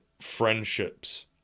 friendships